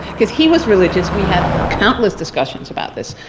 because he was religious. we had countless discussions about this,